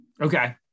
okay